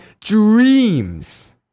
dreams